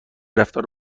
رفتار